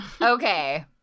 Okay